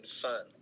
fun